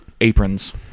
aprons